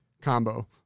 combo